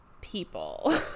people